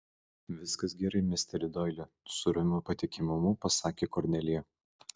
viskas gerai misteri doili su ramiu patikimumu pasakė kornelija